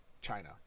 China